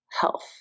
health